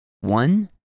One